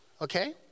okay